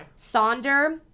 Sonder